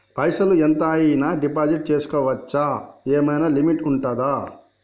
పైసల్ ఎంత అయినా డిపాజిట్ చేస్కోవచ్చా? ఏమైనా లిమిట్ ఉంటదా?